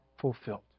fulfilled